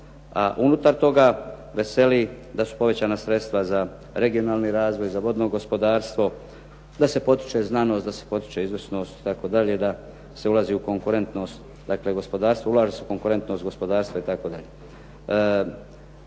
a unutar toga veseli da su povećana sredstva za regionalni razvoj, za vodno gospodarstvo, da se potiče znanost, da se potiče izvrsnost itd. I da se ulazi u konkurentnost, dakle gospodarstva, ulaže